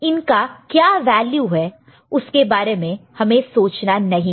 इनका क्या वैल्यू है उसके बारे में हमें सोचना नहीं है